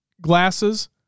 glasses